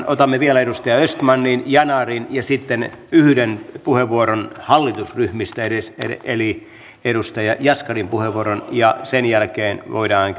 otamme vielä edustaja östmanin yanarin ja sitten yhden puheenvuoron hallitusryhmistä eli edustaja jaskarin puheenvuoron ja sen jälkeen voidaan